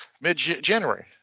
mid-January